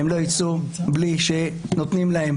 הם לא יצאו בלי שנותנים להם